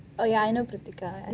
oh ya I know krithika